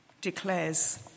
declares